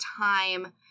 time